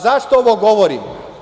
Zašto ovo govorim?